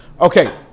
Okay